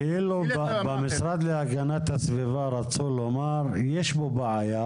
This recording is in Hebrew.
כאילו במשרד להגנת הסביבה רצו לומר יש פה בעיה,